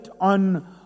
on